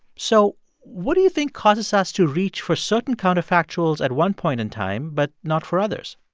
so what do you think causes us to reach for certain counterfactuals at one point in time, but not for others?